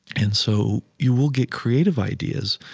and so you will get creative ideas,